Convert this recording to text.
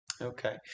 Okay